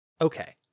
okay